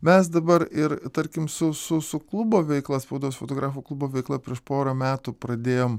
mes dabar ir tarkim su su su klubo veikla spaudos fotografų klubo veikla prieš porą metų pradėjom